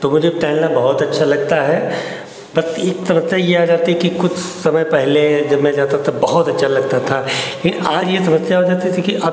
तो मुझे टहलना बहुत अच्छा लगता है बट एक तरफ़ से ये आ जाता है कि कुछ समय पहले जब मैं जाता था तब बहुत अच्छा लगता था लेकिन आज ये समस्या है जैसे कि अब